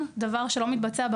מבקר המדינה,